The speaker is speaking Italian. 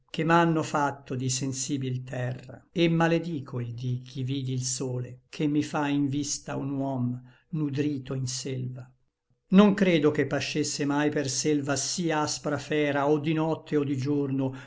che m'ànno facto di sensibil terra et maledico il dí ch'i vidi l sole che mi fa in vista un huom nudrito in selva non credo che pascesse mai per selva sí aspra fera o di nocte o di giorno